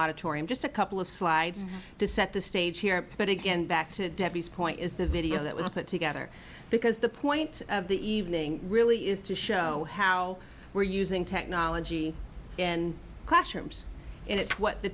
auditorium just a couple of slides to set the stage here but again back to debbie's point is the video that was put together because the point of the evening really is to show how we're using technology in classrooms and it's what the